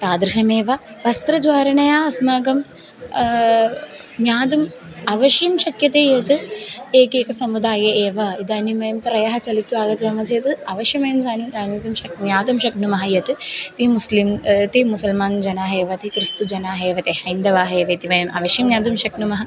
तादृशमेव वस्त्रधारणाय अस्माकं ज्ञातुम् अवश्यं शक्यते यत् एकैक समुदाये एव इदानीं वयं त्रयः चलित्वा आगच्छामः चेत् अवश्यं वयं जानीमः जानीतुं शक् ज्ञातुं शक्नुमः यत् ते मुस्लिं ते मुसल्मान् जनाः एव ते क्रिस्ति जनाः एव ते हैन्दवाः एव इति वयम् अवश्यं ज्ञातुं शक्नुमः